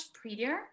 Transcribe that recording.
prettier